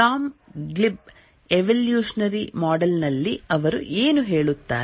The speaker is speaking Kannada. ಟಾಮ್ ಗ್ಲಿಬ್ ಎವೊಲ್ಯೂಷನರಿ ಮಾಡೆಲ್ ನಲ್ಲಿ ಅವರು ಏನು ಹೇಳುತ್ತಾರೆ